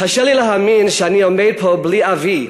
קשה לי להאמין שאני עומד פה בלי אבי,